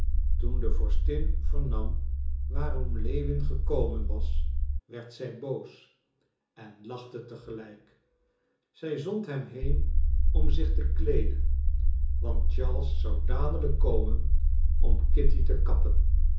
toen de vorstin vernam waarom lewin gekomen was werd zij boos en lachte te gelijk zij zond hem heen om zich te kleeden want charles zou dadelijk komen om kitty te kappen